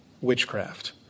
witchcraft